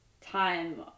time